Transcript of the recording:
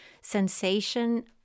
sensation